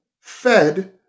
fed